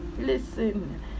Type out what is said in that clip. Listen